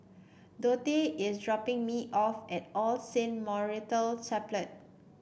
Dontae is dropping me off at All Saints Memorial Chapel